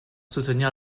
soutenir